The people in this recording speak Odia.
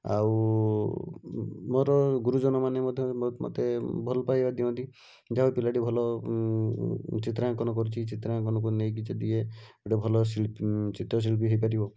ଆଉ ମୋର ଗୁରୁଜନମାନେ ମଧ୍ୟ ମୋତେ ଭଲପାଇବା ଦିଅନ୍ତି ଯାହା ହେଉ ପିଲାଟି ଭଲ ଚିତ୍ରାଙ୍କନ କରୁଛି ଚିତ୍ରାଙ୍କନକୁ ନେଇକି ଯଦି ଇଏ ଗୋଟେ ଭଲ ଶିଳ୍ପୀ ଚିତ୍ରଶିଳ୍ପୀ ହୋଇପାରିବ